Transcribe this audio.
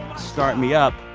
start me up,